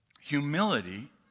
Humility